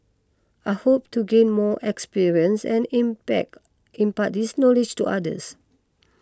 I hope to gain more experience and impart this knowledge to others